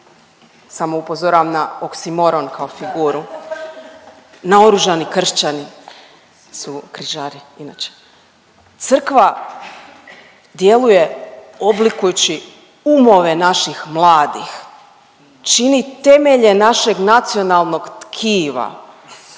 samo upozoravam na oksimoran kao figuru, naoružani kršćani su Križari inače. Crkva djeluje oblikujući umove naših mladih, čini temelje našeg nacionalnog tkiva.